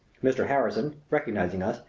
mr. harrison, recognizing us,